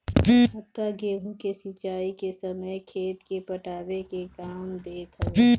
हत्था गेंहू के सिंचाई के समय खेत के पटावे के काम देत हवे